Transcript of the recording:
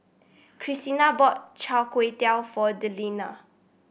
Krystina bought Chai Tow Kuay for Delina